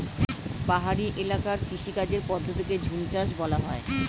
পাহাড়ি এলাকার কৃষিকাজের পদ্ধতিকে ঝুমচাষ বলা হয়